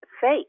fake